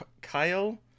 kyle